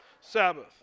Sabbath